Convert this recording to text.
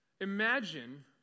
Imagine